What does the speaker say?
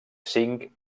cinc